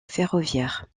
ferroviaire